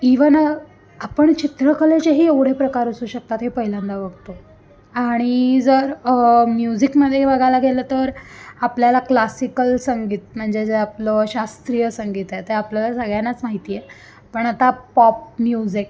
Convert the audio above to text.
even आपण चित्रकलेचेही एवढे प्रकार असू शकतात हे पहिल्यांदा बघतो आणि जर म्युझिकमध्ये बघायला गेलं तर आपल्याला क्लासिकल संगीत म्हणजे जे आपलं शास्त्रीय संगीत आहे ते आपल्याला सगळ्यांनाच माहिती आहे पण आता पॉप म्युझिक